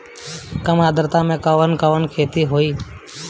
कम आद्रता में कवन कवन खेती होई?